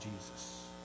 Jesus